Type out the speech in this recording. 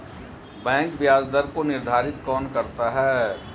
Bank ब्याज दर को निर्धारित कौन करता है?